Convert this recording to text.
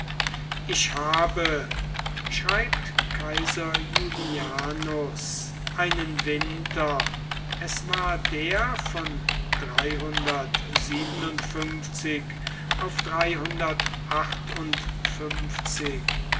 ich habe schreibt kaiser julianus einen winter es war der von auf